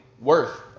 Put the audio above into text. worth